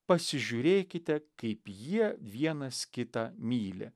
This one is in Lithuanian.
pasižiūrėkite kaip jie vienas kitą myli